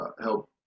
help